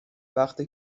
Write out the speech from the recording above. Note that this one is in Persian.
وقتی